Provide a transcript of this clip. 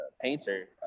painter